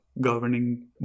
governing